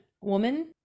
woman